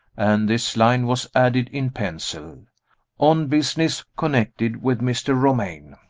and this line was added in pencil on business connected with mr. romayne.